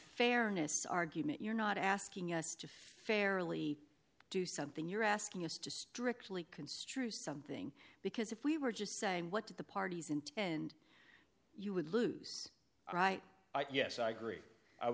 fairness argument you're not asking us to fairly do something you're asking us to strictly construe something because if we were just saying what did the parties intend you would lose all right yes i agree i